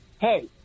hey